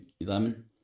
Lemon